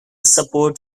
support